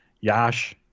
Yash